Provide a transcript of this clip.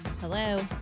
Hello